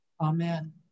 Amen